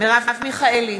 מרב מיכאלי,